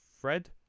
Fred